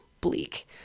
bleak